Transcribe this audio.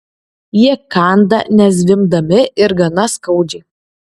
jie kanda nezvimbdami ir gana skaudžiai